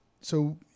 so-